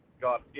got